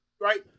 Right